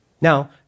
Now